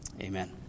Amen